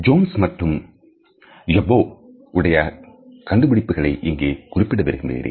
Jones மற்றும் யார்பெரு உடைய கண்டுபிடிப்புகளை இங்கே குறிப்பிட விரும்புகிறேன்